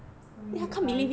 soon week five